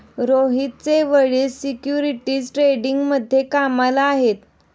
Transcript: रोहितचे वडील सिक्युरिटीज ट्रेडिंगमध्ये कामाला आहेत